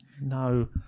No